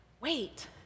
wait